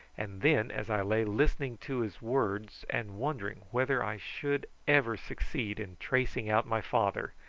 and then as i lay listening to his words, and wondering whether i should ever succeed in tracing out my father,